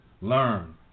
learn